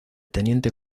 teniente